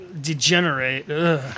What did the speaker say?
degenerate